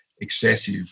excessive